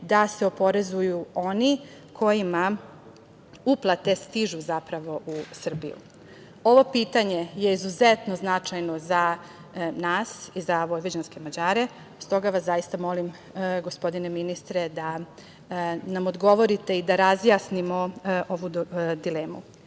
da se oporezuju oni kojima uplate stižu u Srbiju. Ovo pitanje je izuzetno značajno za nas, za vojvođanske Mađare i stoga vas zaista molim, gospodine ministre, da nam odgovorite i da razjasnimo ovu